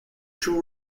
two